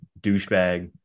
douchebag